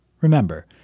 Remember